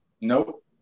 Nope